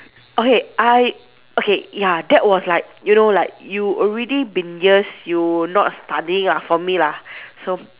okay I okay ya that was like you know like you already been years you not studying ah for me lah so